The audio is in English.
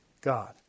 god